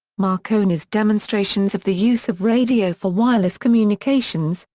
marconi's demonstrations of the use of radio for wireless communications,